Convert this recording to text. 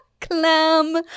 Clam